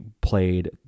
played